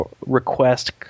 request